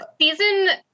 season